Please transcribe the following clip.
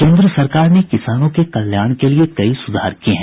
केन्द्र सरकार ने किसानों के कल्याण के लिए कई सुधार किए हैं